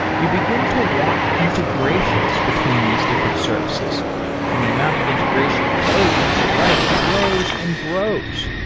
you begin to want integrations between these different services and the amount of integration code you have to write grows and grows.